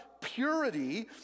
purity